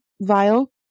vial